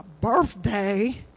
birthday